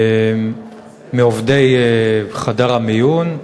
מעובדי חדר המיון,